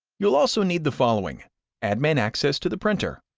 you'll also need the following admin access to the printer,